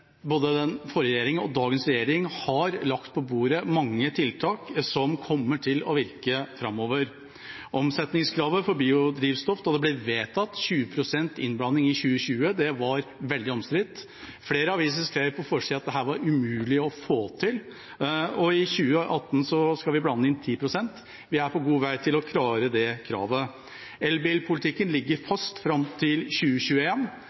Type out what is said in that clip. både den forrige regjeringen og dagens regjering har lagt på bordet mange tiltak som kommer til å virke framover. Omsetningskravet for biodrivstoff, 20 pst. innblanding i 2020, var veldig omstridt da det ble vedtatt – flere aviser skrev på forsiden at dette var umulig å få til. I 2018 skal vi blande inn 10 pst. Vi er på god vei til å klare det kravet. Elbilpolitikken ligger